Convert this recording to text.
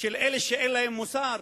של אלה שאין להם מוסר,